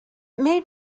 made